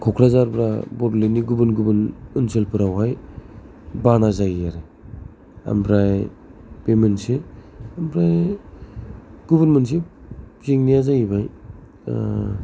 क'क्राझार बा बड'लेण्ड नि गुबुन गुबुन जायगाफोरावहाय बाना जायो आरो ओमफ्राय बे मोनसे ओमफ्राय गुबुन मोनसे जेंनाया जाहैबाय